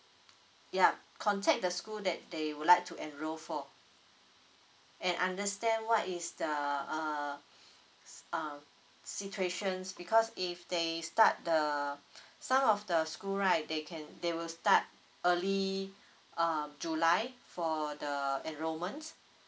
yup contact the school that they would like to enrol for and understand what is the uh uh situations because if they start the some of the school right they can they will start early uh july for the enrolment